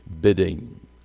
bidding